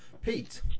Pete